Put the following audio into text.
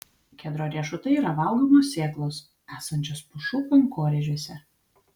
kedro riešutai yra valgomos sėklos esančios pušų kankorėžiuose